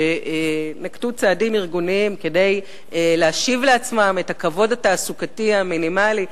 שנקטו צעדים ארגוניים כדי להשיב לעצמם את הכבוד התעסוקתי המינימלי.